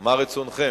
מה רצונכם?